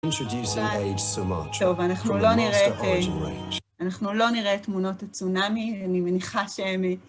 אנחנו לא נראה תמונות הצונמי, אני מניחה שהן...